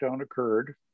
occurred